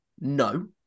No